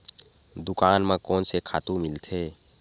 दुकान म कोन से खातु मिलथे?